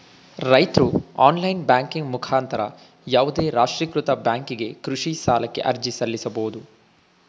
ರೈತ್ರು online banking ಮುಖಾಂತರ ಯಾವುದೇ ರಾಷ್ಟ್ರೀಕೃತ ಬ್ಯಾಂಕಿಗೆ ಕೃಷಿ ಸಾಲಕ್ಕೆ ಅರ್ಜಿ ಸಲ್ಲಿಸಬೋದು